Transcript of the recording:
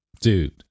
dude